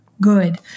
good